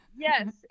Yes